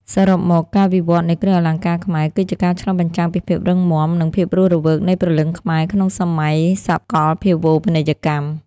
សរុបមក ការវិវត្តនៃគ្រឿងអលង្ការខ្មែរ គឺជាការឆ្លុះបញ្ចាំងពីភាពរឹងមាំ និងភាពរស់រវើកនៃព្រលឹងខ្មែរក្នុងសម័យសកលភាវូបនីយកម្ម។